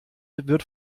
wird